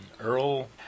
earl